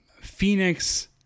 Phoenix